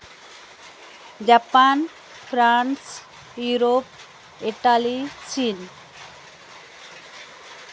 Japan France Europe Italy ᱪᱤᱱ